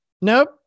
Nope